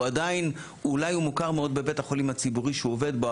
אולי מוכר מאוד בבית החולים הציבורי שהוא עובד בו,